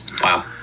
Wow